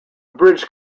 bridge